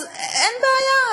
אז אין בעיה,